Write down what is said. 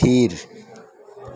ᱛᱷᱤᱨ